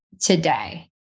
today